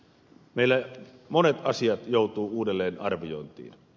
meillä monet asiat joutuvat uudelleenarviointiin